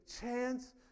chance